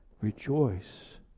Rejoice